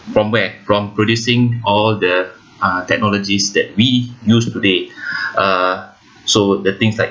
from where from producing all the uh technologies that we use today uh so the things like